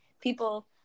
people